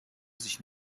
sich